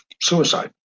suicide